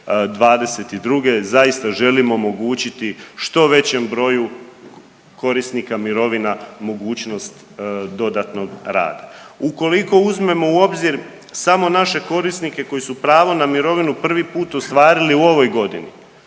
2022. zaista želimo omogućiti što većem broju korisnika mirovina mogućnost dodatnog rada. Ukoliko uzmemo u obzir samo naše korisnike koji su pravo na mirovinu prvi put ostvarili u ovoj godini